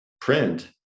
print